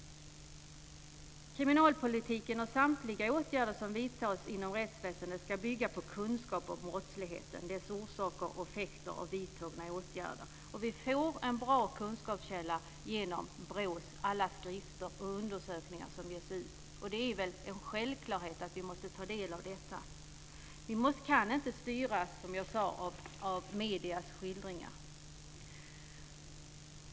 Kriminalpolitiken och samtliga åtgärder som vidtas inom rättsväsendet ska bygga på kunskap om brottsligheten, dess orsaker och effekter och vidtagna åtgärder. Vi får en bra kunskapskälla genom BRÅ:s alla skrifter och undersökningar som ges ut. Det är väl en självklarhet att vi måste ta del av detta. Vi kan inte styras, som jag sade, av mediernas skildringar.